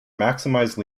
maximize